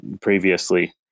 previously